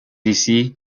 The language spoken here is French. ici